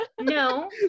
no